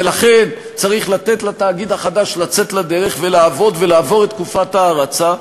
ולכן צריך לתת לתאגיד החדש לצאת לדרך ולעבוד ולעבור את תקופת ההרצה,